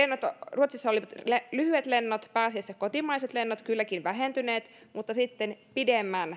ruotsissa lyhyet lennot pääasiassa kotimaiset lennot kylläkin olivat vähentyneet mutta sitten pidemmän